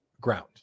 ground